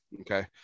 Okay